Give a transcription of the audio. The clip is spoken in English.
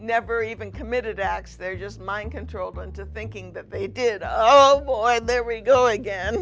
never even committed acts there just mind control them into thinking that they did oh boy there we go again